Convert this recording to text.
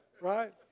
right